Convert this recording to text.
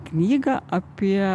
knygą apie